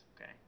okay